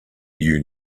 you